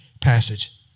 passage